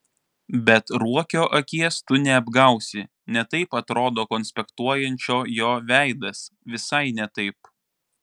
bet ruokio akies tu neapgausi ne taip atrodo konspektuojančio jo veidas visai ne taip